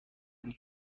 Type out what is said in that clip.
and